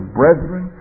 brethren